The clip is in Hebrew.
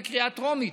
בקריאה טרומית,